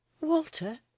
Walter